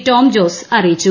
Tom Jose അറിയിച്ചു